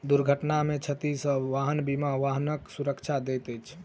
दुर्घटना में क्षति सॅ वाहन बीमा वाहनक सुरक्षा दैत अछि